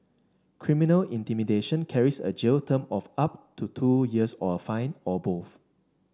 criminal intimidation carries a jail term of up to two years or a fine or both